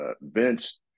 Vince